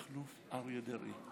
מכלוף אריה דרעי,